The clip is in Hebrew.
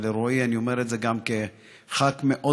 לרועי אני אומר את זה גם כחבר כנסת מאוד